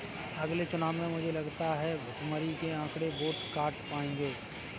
अगले चुनाव में मुझे लगता है भुखमरी के आंकड़े वोट काट पाएंगे